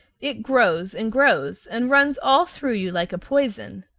it grows and grows, and runs all through you like a poison.